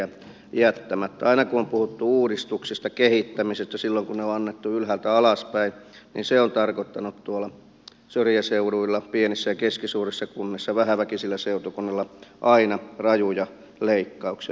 aina kun on puhuttu uudistuksista kehittämisestä silloin kun ne on annettu ylhäältä alaspäin se on tarkoittanut tuolla syrjäseuduilla pienissä ja keskisuurissa kunnissa vähäväkisillä seutukunnilla aina rajuja leikkauksia